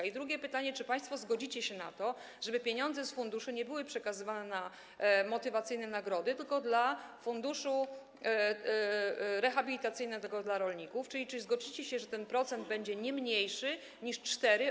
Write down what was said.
I drugie pytanie: Czy państwo zgodzicie się na to, żeby pieniądze z funduszu nie były przekazywane na motywacyjne nagrody, tylko do funduszu rehabilitacyjnego dla rolników, czyli czy zgodzicie się na to, że odpis od tego funduszu to będzie nie mniej niż 4%